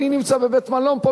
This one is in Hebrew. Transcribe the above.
אני נמצא בבית-מלון פה,